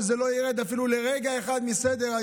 שזה לא ירד אפילו לרגע אחד מסדר-היום,